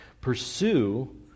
Pursue